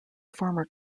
former